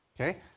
okay